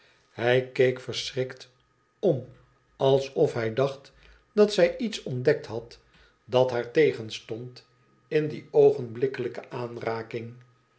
hij keek verschrikt om alsof hij dacht dat zij iets ontdekt had dat haar tegenstond in die oogenbiikkelijke aanraking